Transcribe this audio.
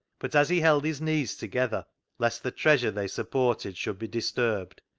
but as he held his knees together lest the treasure they supported should be disturbed,